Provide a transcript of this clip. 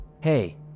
Hey